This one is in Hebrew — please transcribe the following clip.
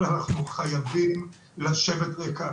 אבל אנחנו חייבים לשבת רגע,